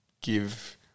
give